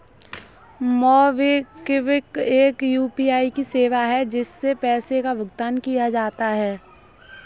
MobiKwik एक UPI की सेवा है, जिससे पैसे का भुगतान किया जाता है